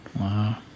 Wow